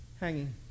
hanging